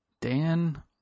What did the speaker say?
Dan